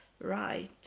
right